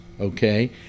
okay